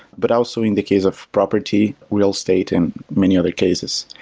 but also in the case of property, real estate and many other cases.